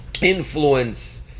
influence